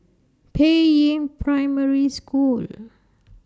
Peiying Primary School